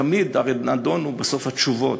תמיד הרי נדונו בסוף התשובות.